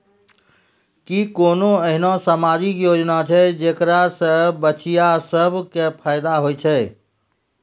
कि कोनो एहनो समाजिक योजना छै जेकरा से बचिया सभ के फायदा होय छै?